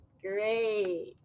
great